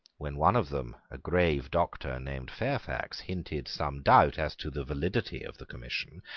when one of them, a grave doctor named fairfax, hinted some doubt as to the validity of the commission,